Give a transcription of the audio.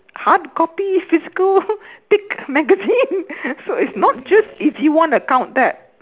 hard copy physical thick magazine so it's not just if you want to count that